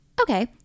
Okay